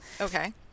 Okay